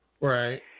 Right